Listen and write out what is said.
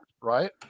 Right